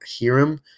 Hiram